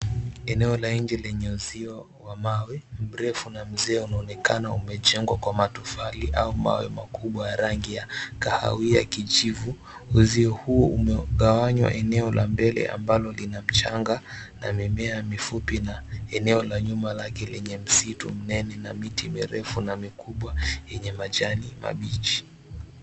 Eneo la nje lenye uzio wa mawe, mrefu na mzee, unaonekana umejengwa kwa matofali au mawe makubwa ya rangi ya kahawai, kijivu. Uzio huo umegawanywa; eneo la mbele, ambalo lina mchanga na mimea mifupi, eneo la nyuma lake, lenye msitu mnene na miti mirefu na mikubwa, yenye majani mabichi.